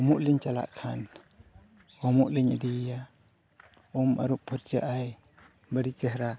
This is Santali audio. ᱩᱢᱩᱜ ᱞᱤᱧ ᱪᱟᱞᱟᱜ ᱠᱷᱟᱱ ᱩᱢᱩᱜ ᱞᱤᱧ ᱤᱫᱤᱭᱮᱭᱟ ᱩᱢ ᱟᱹᱨᱩᱵ ᱯᱷᱟᱨᱪᱟᱜ ᱟᱭ ᱟᱹᱰᱤ ᱪᱮᱦᱨᱟ